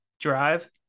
Drive